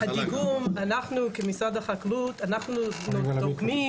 משרד החקלאות, אנחנו דוגמים